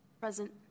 Present